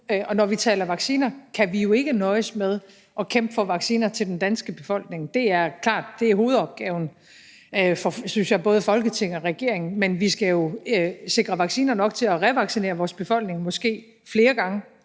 når vi taler vacciner, kan vi jo ikke nøjes med at kæmpe for vacciner til den danske befolkning. Det er klart, at det er hovedopgaven for, synes jeg, både Folketinget og regeringen, men vi skal jo sikre vacciner nok til at revaccinere vores befolkning, måske flere gange